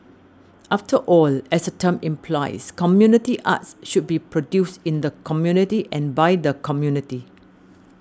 after all as the term implies community arts should be produced in the community and by the community